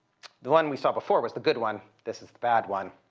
the one we saw before was the good one. this is the bad one.